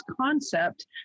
concept